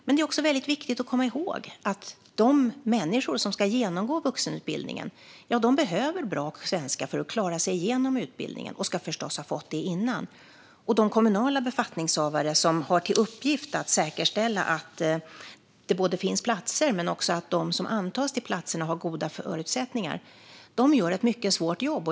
Men det är också väldigt viktigt att komma ihåg att de människor som ska genomgå vuxenutbildningen behöver bra svenska för att klara sig igenom utbildningen och ska förstås ha fått det före utbildningen. De kommunala befattningshavare som har till uppgift att säkerställa att det finns platser men också att de som antas till platserna har goda förutsättningar gör ett mycket svårt jobb.